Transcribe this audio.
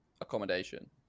accommodation